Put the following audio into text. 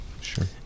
Sure